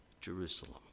Jerusalem